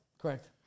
Correct